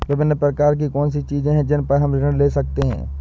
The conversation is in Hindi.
विभिन्न प्रकार की कौन सी चीजें हैं जिन पर हम ऋण ले सकते हैं?